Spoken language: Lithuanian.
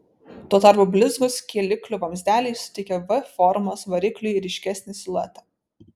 tuo tarpu blizgūs kėliklių vamzdeliai suteikia v formos varikliui ryškesnį siluetą